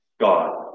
God